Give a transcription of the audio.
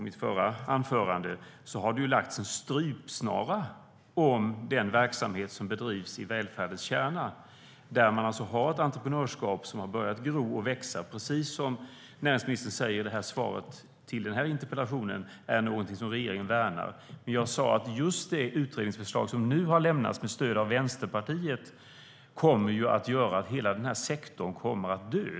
Det har lagts en strypsnara om den verksamhet som bedrivs i välfärdens kärna. Där har man ett entreprenörskap som har börjat gro och växa. Det är någonting som regeringen värnar, precis som näringsminister säger i svaret på interpellationen. Men jag sa att just det utredningsförslag som nu har lämnats med stöd av Vänsterpartiet kommer att göra att hela denna sektor kommer att dö.